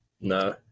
No